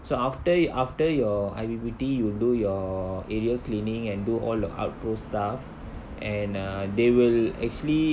so after y~ after your I_P_P_T you will do your area cleaning and do all the outpost stuff and err they will actually